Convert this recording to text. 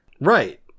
Right